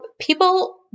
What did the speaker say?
people